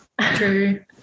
True